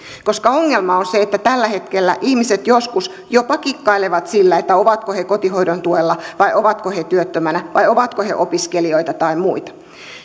koska ongelma on se että tällä hetkellä ihmiset joskus jopa kikkailevat sillä ovatko he kotihoidon tuella vai ovatko he työttömänä vai ovatko he opiskelijoita tai muita